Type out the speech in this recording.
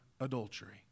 adultery